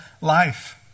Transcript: life